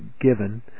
given